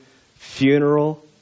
funeral